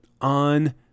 on